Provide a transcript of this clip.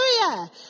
Hallelujah